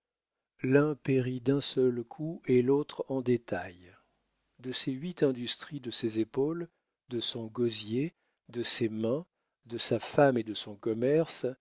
l'un périt d'un seul coup et l'autre en détail de ses huit industries de ses épaules de son gosier de ses mains de sa femme et de son commerce